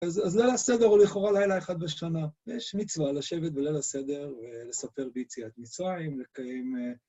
אז ליל הסדר הוא לכאורה לילה אחת בשנה. ויש מצווה לשבת בליל הסדר ולספר ביציאת מצריים, לקיים...